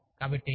మీకు తెలుసా